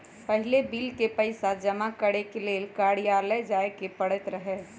पहिले बिल के पइसा जमा करेके लेल कर्जालय जाय के परैत रहए